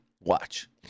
watch